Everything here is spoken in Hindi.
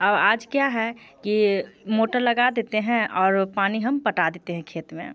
और आज क्या है कि मोटर लगा देते हैं और पानी हम पटा देते हैं खेत में